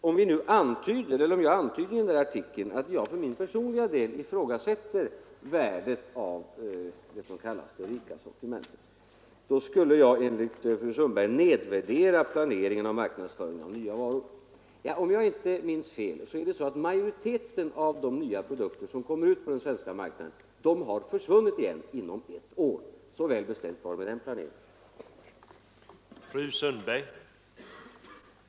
Om jag antydde i den där artikeln att jag för min personliga del ifrågasätter värdet av det som kallas det rika sortimentet, skulle jag enligt fru Sundberg nedvärdera planeringen av marknadsföringen av nya varor. Om jag inte minns fel, har majoriteten av de nya produkter som kommer ut på den svenska marknaden försvunnit igen inom ett år. Så väl beställt var det med den planeringen. att begränsa sortimentet på vissa varor